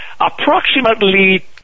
approximately